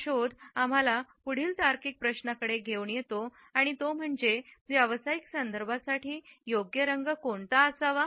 हा शोध आम्हाला पुढील तार्किक प्रश्नाकडे घेऊन येतो आणि तो म्हणजे व्यावसायिक संदर्भांसाठी योग्य रंग कोणता असावा